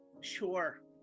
sure